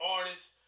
Artists